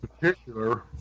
particular